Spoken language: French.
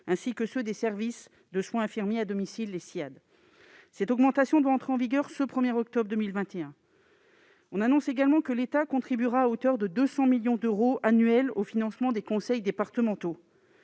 ainsi que ceux des services de soins infirmiers à domicile (Ssiad). Cette augmentation doit entrer en vigueur au 1 octobre 2021. On annonce également que l'État contribuera à hauteur de 200 millions d'euros annuels au financement des conseils départementaux.